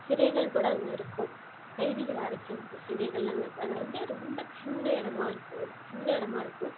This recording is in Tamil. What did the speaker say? சிறைகள் கூட அங்கே இருக்கும் கைதிகளை அடைச்சி வைச்ச சிறைகளெலாம் அங்கே இருக்கும் அது வந்து ரொம்ப சின்ன இடமா இருக்கும் ஒரு சின்ன இடமா இருக்கும்